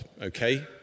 okay